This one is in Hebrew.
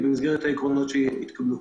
כמובן במסגרת העקרונות שהתקבלו.